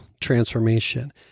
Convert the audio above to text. transformation